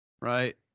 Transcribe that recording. right